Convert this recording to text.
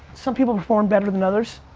some people performed better than others.